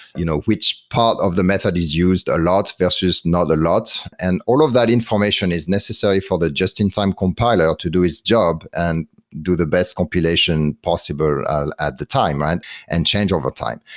you know which part of the method is used a lot versus not a lot? and all of that information is necessary for the just-in-time compiler to do its job and do the best compilation possible at the time and and change overtime.